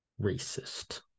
racist